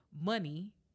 money